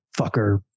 fucker